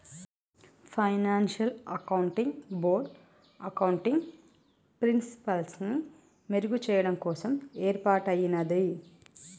financial accounting board accounting ప్రిన్సిపల్స్ని మెరుగుచెయ్యడం కోసం యేర్పాటయ్యినాది